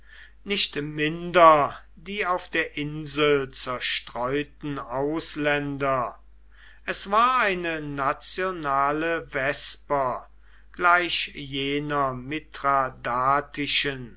nicht minder die auf der insel zerstreuten ausländer es war eine nationale vesper gleich jener